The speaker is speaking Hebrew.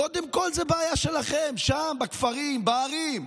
קודם כול, זאת בעיה שלכם שם, בכפרים, בערים.